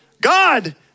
God